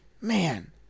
Man